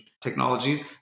technologies